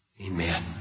Amen